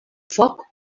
foc